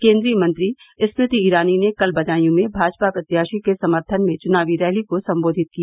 केन्द्रीय मंत्री स्मृति ईरानी ने कल बदायूं में भाजपा प्रत्याशी के समर्थन में चुनावी रैली को सम्बोधित किया